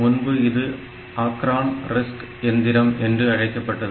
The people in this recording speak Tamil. முன்பு இது ஆக்ரன் RISC எந்திரம் என்று அழைக்கப்பட்டது